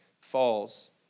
falls